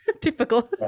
typical